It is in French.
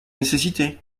nécessité